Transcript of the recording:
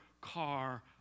car